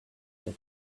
that